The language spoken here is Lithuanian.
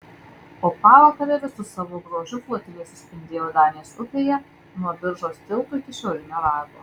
o pavakare visu savo grožiu flotilė suspindėjo danės upėje nuo biržos tilto iki šiaurinio rago